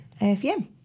afm